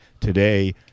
Today